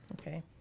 Okay